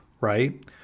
right